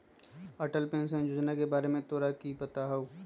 Atal pension योजना के बारे में तोरा कितना पता हाउ?